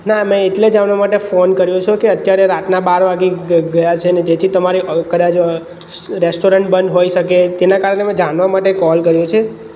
ના મેં એટલે જાણવા માટે ફોન કર્યો છે કે અત્યારે રાતના બાર વાગી ગયા છે ને જેથી તમારે હવે કદાચ રેસ્ટોરન્ટ બંધ હોઇ શકે તેના કારણે મેં જાણવા માટે કોલ કર્યો છે